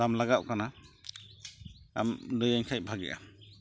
ᱫᱟᱢ ᱞᱟᱜᱟᱣᱚᱜ ᱠᱟᱱᱟ ᱟᱢ ᱞᱟᱹᱭᱟᱹᱧ ᱠᱷᱟᱱ ᱵᱷᱟᱜᱮᱜᱼᱟ